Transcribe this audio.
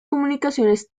comunicaciones